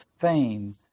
fame